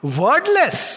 wordless